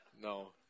no